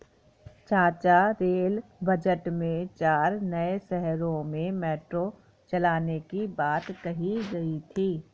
चाचा rail budget में चार नए शहरों में मेट्रो चलाने की बात कही गई थी